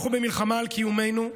אנחנו במלחמה על קיומנו.